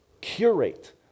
curate